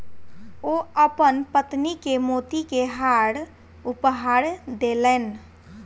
ओ अपन पत्नी के मोती के हार उपहार देलैन